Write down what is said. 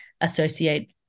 associate